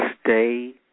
stay